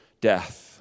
death